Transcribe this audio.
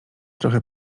trochę